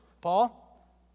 Paul